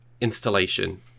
installation